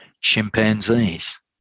chimpanzees